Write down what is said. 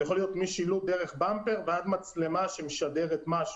זה יכול להיות משילוט דרך באמפר ועד מצלמה שמשדרת משהו.